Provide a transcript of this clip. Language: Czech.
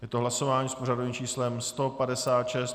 Je to hlasování s pořadovým číslem 156.